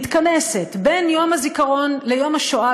מתכנסת בין יום הזיכרון ליום השואה,